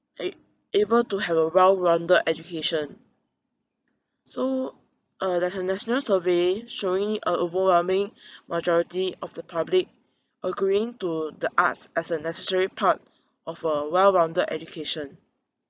a~ able to have a well-rounded education so uh there's a national survey showing a overwhelming majority of the public agreeing to the arts as a necessary part of a well-rounded education